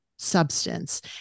substance